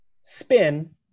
spin